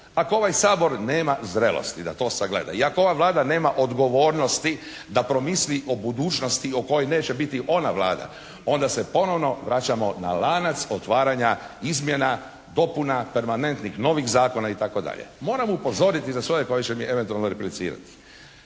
Ako ovaj Sabor nema zrelosti da to sagleda i ako ova Vlada nema odgovornosti da promisli o budućnosti u kojoj neće biti ona Vlada onda se ponovno vraćamo na lanac otvaranja izmjena, dopuna, permanentnih novih zakona i tako dalje. Moram upozoriti za sve one koji će mi eventualno replicirati.